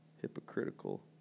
hypocritical